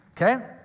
Okay